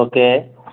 okay